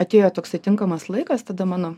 atėjo toksai tinkamas laikas tada mano